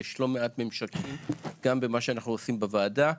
יש לא מעט ממשקים גם במה שאנחנו עושים בוועדה.